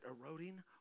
eroding